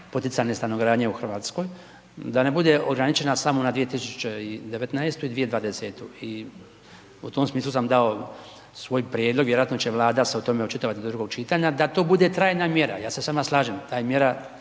poticanje stanogradnje u Hrvatskoj, da ne bude ograničena samo na 2019. i 2020. I u tom smislu sam dao svoj prijedlog, vjerojatno će Vlada se o tome očitovati do drugog čitanja da to bude trajna mjera. Ja se s vama slažem ta mjera